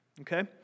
okay